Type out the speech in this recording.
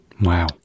Wow